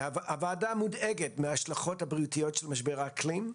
1. הוועדה מודאגת מההשלכות הבריאותיות של משבר האקלים.